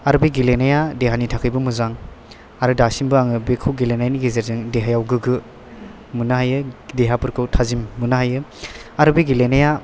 आरो बे गेलेनाया देहानि थाखायबो मोजां आरो दासिमबो आङो बेखौ गेलेनायनि गेजेरजों देहायाव गोगो मोननो हायो देहाफोरखौ थाजिम मोननो हायो आरो बे गेलेनाया